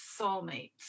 soulmates